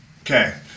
Okay